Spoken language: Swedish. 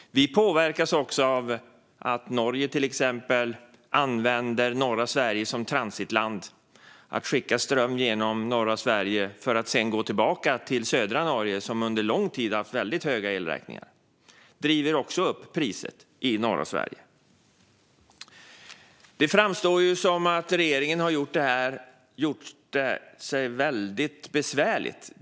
Vi påverkas också av att Norge använder norra Sverige som transitland och skickar ström genom norra Sverige som sedan går tillbaka till södra Norge, där man under lång tid haft väldigt höga elräkningar. Detta driver också upp priset i norra Sverige. Det framstår som att regeringen har gjort det väldigt besvärligt för sig.